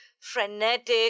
frenetic